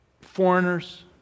foreigners